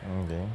mm then